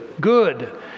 Good